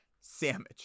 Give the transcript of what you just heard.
Sandwich